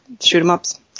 shoot-em-ups